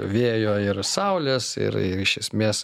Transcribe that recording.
vėjo ir saulės ir iš esmės